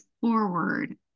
forward